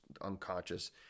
unconscious